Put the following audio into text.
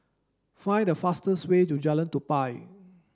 find the fastest way to Jalan Tupai